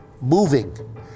moving